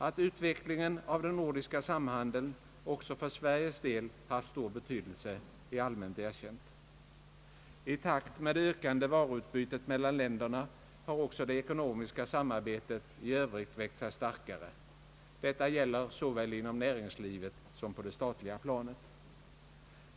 Att utvecklingen av den nordiska samhandeln också för Sveriges del haft stor betydelse är all mänt erkänt. I takt med det ökande varuutbytet mellan länderna har också det ekonomiska samarbetet i övrigt växt sig starkare. Detta gäller såväl inom näringslivet som på det statliga planet.